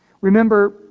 Remember